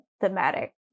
thematic